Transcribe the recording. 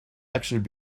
actually